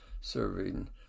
serving